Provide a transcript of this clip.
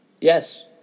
yes